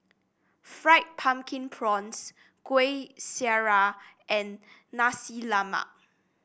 Fried Pumpkin Prawns Kuih Syara and Nasi Lemak